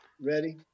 ready